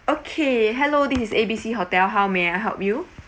okay hello this is A B C hotel how may I help you